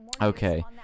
okay